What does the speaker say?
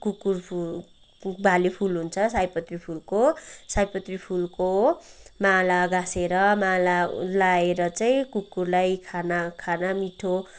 कुकुर फुल भाले फुल हुन्छ सयपत्री फुलको सयपत्री फुलको माला गाँसेर माला लाएर चाहिँ कुकुरलाई खाना खाना मिठो